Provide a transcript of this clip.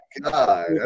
god